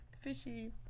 fishy